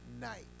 night